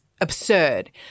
absurd